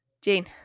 Jane